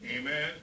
Amen